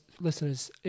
listeners